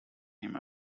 him